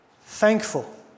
thankful